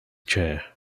chair